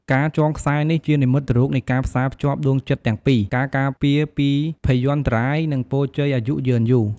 ការចងខ្សែនេះជានិមិត្តរូបនៃការផ្សាភ្ជាប់ដួងចិត្តទាំងពីរ ការការពារពីភ័យអន្តរាយ និងពរជ័យអាយុយឺនយូរ។